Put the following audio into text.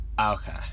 Okay